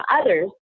others